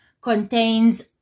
contains